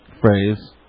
phrase